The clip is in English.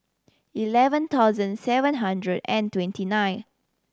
eleven thousand seven hundred and twenty nine